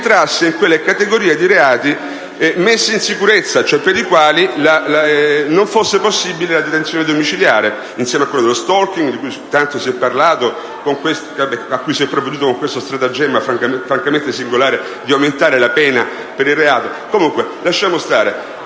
rientrasse in quelle categorie di reati messi in sicurezza, cioè per le quali non fosse possibile la detenzione domiciliare insieme a quello di *stalking*, di cui tanto si è parlato e a cui si è provveduto con lo stratagemma francamente singolare di aumentare la pena (lasciamo stare